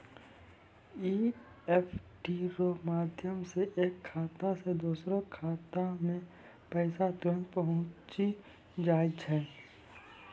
EFT रो माध्यम से एक खाता से दोसरो खातामे पैसा तुरंत पहुंचि जाय छै